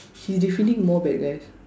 he defeating more bad guys